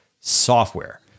software